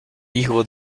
hijo